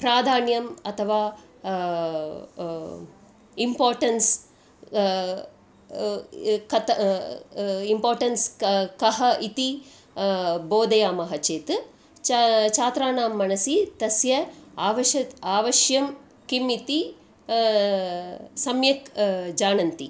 प्राधान्यम् अथवा इम्पोर्टेन्स् कथम् इम्पोर्टेन्स् किं किम् इति बोधयामः चेत् च छात्राणां मनसि तस्य आवश्यम् आवश्यकं किम् इति सम्यक् जानन्ति